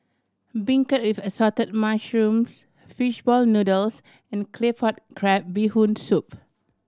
beancurd with Assorted Mushrooms fish ball noodles and Claypot Crab Bee Hoon Soup